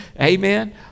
Amen